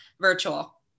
virtual